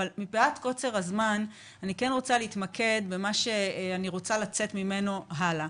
אבל מפאת קוצר הזמן אני כן רוצה להתמקד במה שאני רוצה לצאת ממנו הלאה.